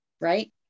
right